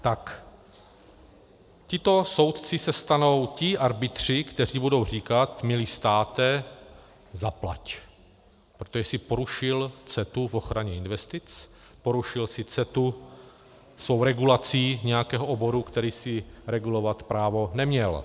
Tak tito soudci se stanou ti arbitři, kteří budou říkat: milý státe, zaplať, protože jsi porušil CETA v ochraně investic, porušil jsi CETA svou regulací nějakého oboru, který jsi regulovat právo neměl.